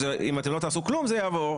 אם אתן לא תעשו כלום זה יעבור.